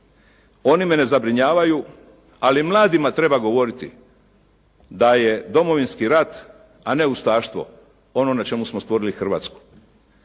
Oni mene zabrinjavaju, ali mladima treba govoriti da je Domovinski rat a ne ustaštvo ono na čemu smo stvorili Hrvatsku.